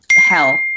hell